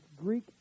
Greek